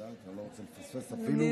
רוצה לפספס אפילו שנייה.